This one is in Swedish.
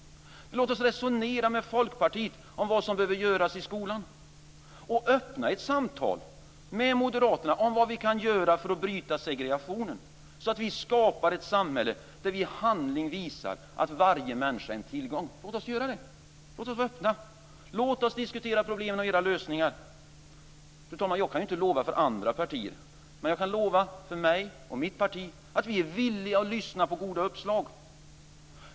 Låt oss resonera med Folkpartiet om vad som behöver göras i skolan. Låt oss öppna ett samtal med Moderaterna om vad vi kan göra för att bryta segregationen så att vi skapar ett samhälle där vi i handling visar att varje människa är en tillgång. Låt oss göra det. Låt oss diskutera problemen och era lösningar. Fru talman! Jag kan inte ge några löften för andra partier. Men jag kan lova för mig och mitt parti att vi är villiga att lyssna på goda uppslag.